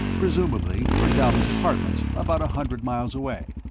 presumably for dalla's apartment, about a hundred miles away.